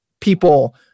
people